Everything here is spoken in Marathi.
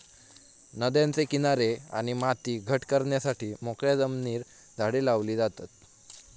नद्यांचे किनारे आणि माती घट करण्यासाठी मोकळ्या जमिनीर झाडे लावली जातत